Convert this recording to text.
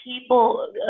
People